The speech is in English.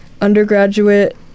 undergraduate